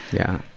yeah.